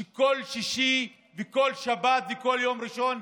שכל שישי וכל שבת וכל יום ראשון,